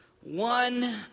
one